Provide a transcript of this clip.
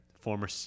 former